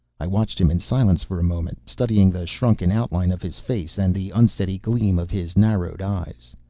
i watched him in silence for a moment, studying the shrunken outline of his face and the unsteady gleam of his narrowed eyes.